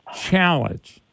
challenge